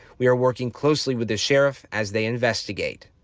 we're we're working closely with the sheriff as they investigate.